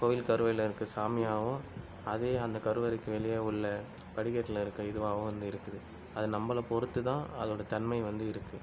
கோயில் கருவறையில் இருக்க சாமியாகவும் அதே அந்த கருவறைக்கு வெளியே உள்ள படிக்கட்டில் இருக்க இதுவாகவும் வந்து இருக்குது அது நம்பளை பொருத்து தான் அதோட தன்மை வந்து இருக்கு